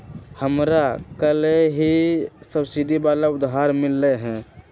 हमरा कलेह ही सब्सिडी वाला उधार मिल लय है